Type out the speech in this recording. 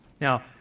Now